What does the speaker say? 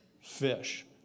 fish